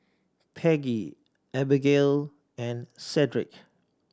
Peggie Abigayle and Sedrick